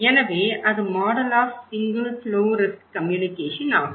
எனவே அது model of single flow risk communication ஆகும்